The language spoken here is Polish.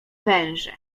węże